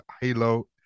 Halo